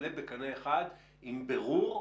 עולה בקנה אחד עם בירור,